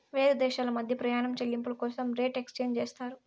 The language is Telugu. వేరే దేశాల మధ్య ప్రయాణం చెల్లింపుల కోసం రేట్ ఎక్స్చేంజ్ చేస్తారు